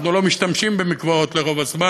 אנחנו לא משתמשים במקוואות רוב הזמן.